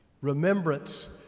Remembrance